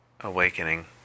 awakening